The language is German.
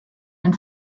den